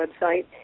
website